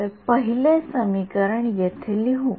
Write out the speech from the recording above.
तर पहिले समीकरण येथे लिहू